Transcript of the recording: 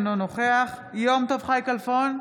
אינו נוכח יום טוב חי כלפון,